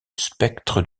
spectre